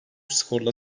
skorla